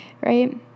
right